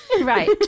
Right